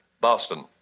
Boston